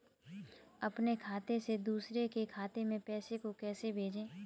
अपने खाते से दूसरे के खाते में पैसे को कैसे भेजे?